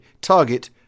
Target